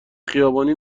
خیابانی